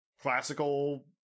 classical